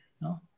no